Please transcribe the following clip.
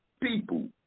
people